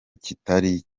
kitari